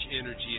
energy